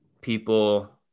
people